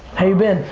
how you been?